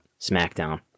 SmackDown